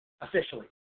officially